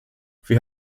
wir